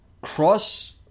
cross